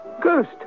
ghost